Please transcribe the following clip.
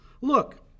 Look